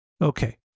Okay